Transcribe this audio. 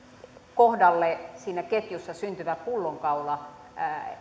kohdalle siinä ketjussa syntyvä pullonkaula